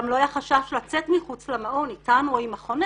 גם לא היה חשש לצאת מחוץ למעון איתנו או עם החונך.